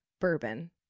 bourbon